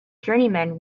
journeyman